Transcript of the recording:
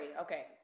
Okay